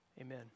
Amen